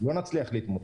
נצליח לעמוד.